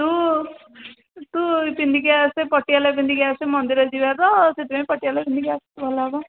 ତୁ ତୁ ପିନ୍ଧିକି ଆସେ ପଟିଆଲା ପିନ୍ଧିକି ଆସେ ମନ୍ଦିର ଯିବା ତ ସେଥିପାଇଁ ପଟିଆଲା ପିନ୍ଧିକି ଆସ୍ ଭଲ ହବ